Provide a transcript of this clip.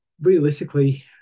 realistically